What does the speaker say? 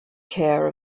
care